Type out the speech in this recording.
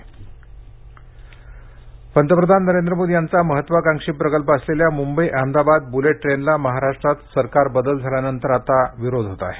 Mumbai Ahmedabad bullet train पंतप्रधान नरेंद्र मोदी यांचा महत्वाकांक्षी प्रकल्प असलेल्या मुंबई अहमदाबाद बुलेट ट्रेनला महाराष्ट्रात सरकार बदल झाल्यानंतर आता विरोध होत आहे